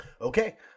Okay